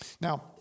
Now